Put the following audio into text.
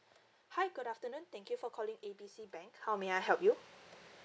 hi good afternoon thank you for calling A B C bank how may I help you